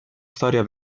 storia